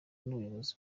n’ubuyobozi